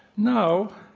now,